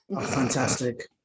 Fantastic